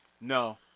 No